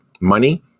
money